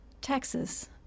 Texas